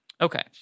okay